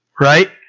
right